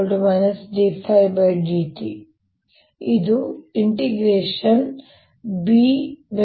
ಆದ್ದರಿಂದ EMF dϕdt ಗೆ ಸಮಾನವಾಗಿರುತ್ತದೆ ಇದು B